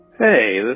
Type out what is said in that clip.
Hey